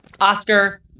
Oscar